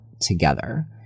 together